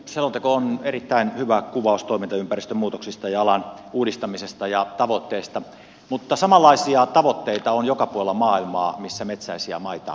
selonteko on erittäin hyvä kuvaus toimintaympäristön muutoksista ja alan uudistamisesta ja tavoitteista mutta samanlaisia tavoitteita on joka puolella maailmaa missä metsäisiä maita on